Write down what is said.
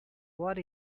what